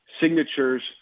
signatures